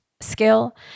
skill